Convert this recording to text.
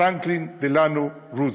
פרנקלין דלאנו רוזוולט.